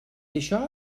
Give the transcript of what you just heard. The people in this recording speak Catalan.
això